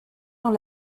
dans